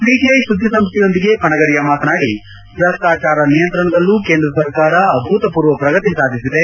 PTI ಸುದ್ವಿಸಂಸ್ವೆಯೊಂದಿಗೆ ಪರಿಗರಿಯ ಮಾತನಾಡಿ ಭ್ರಷ್ಟಾಚಾರ ನಿಯಂತ್ರಣದಲ್ಲೂ ಕೇಂದ್ರ ಸರ್ಕಾರ ಅಭೂತಪೂರ್ವ ಪ್ರಗತಿ ಸಾಧಿಸಿದೆ